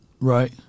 Right